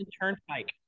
Turnpike